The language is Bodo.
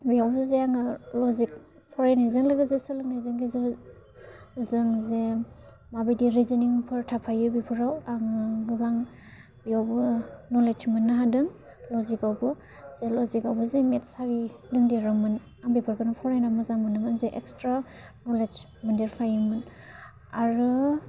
बेयावनो जे आङो ल'जिक फरायनायजों लोगोसे सोलोंनायजों गेजेरजों जे मा बायदि रिजनिंफोर थाफायो बेफोराव आङो गोबां बेयावबो न'लेड्स मोनो हादों ल'जिकआवबो जे ल'जिकआवबो जे मेथ्सआरि दंदेरोमोन आं बेफोरखौनो फरायनानै मोजां मोनोमोन जे एक्सट्रा न'लेड्स मोनदेरफायोमोन आरो